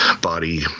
body